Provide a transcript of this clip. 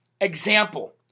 example